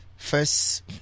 First